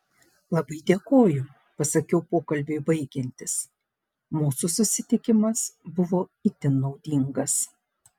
labai dėkoju pasakiau pokalbiui baigiantis mūsų susitikimas buvo itin naudingas